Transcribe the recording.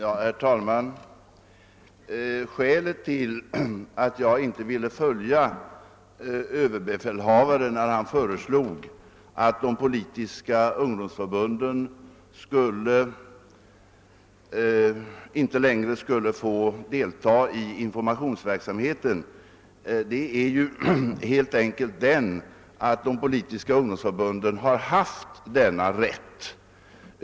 Herr "talman! Skälet till att jag inte velat följa överbefälhavaren, när han föreslog att de politiska ungdomsförbunden inte skulle delta i informationsverksamheten, är helt enkelt att de politiska' ungdomsförbunden hittills har haft denna rätt.